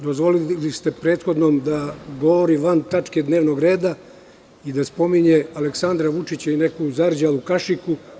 Dozvolili ste prethodnom govorniku da govori van tačke dnevnog reda i da spominje Aleksandra Vučića i neku zarđalu kašiku.